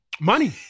Money